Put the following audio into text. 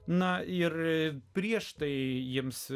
na ir prieš tai jiems